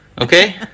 okay